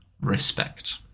respect